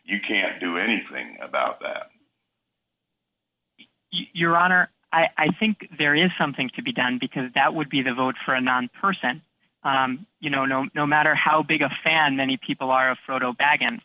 you can't do anything about that your honor i think there is something to be done because that would be the vote for a non person you know no matter how big a fan many people are a photo bag and